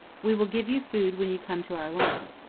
we will give you food when you come to our land.